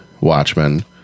watchmen